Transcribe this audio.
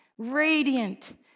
Radiant